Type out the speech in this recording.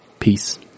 peace